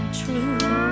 true